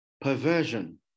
perversion